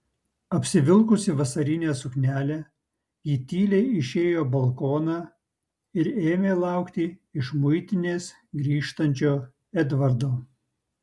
apsivilkusi vasarinę suknelę ji tyliai išėjo balkoną ir ėmė laukti iš muitinės grįžtančio edvardo